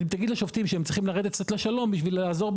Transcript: תגיד לשופטים שהם צריכים לרדת קצת לשלום בשביל לעזור,